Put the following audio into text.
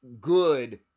good